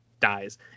dies